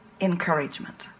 encouragement